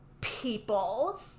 people